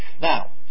Now